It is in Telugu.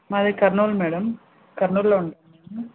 మాది కర్నూలు మేడమ్ కర్నూలులో ఉంటాము